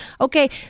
okay